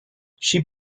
she